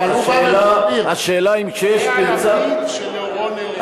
זה הלפיד שלאורו נלך.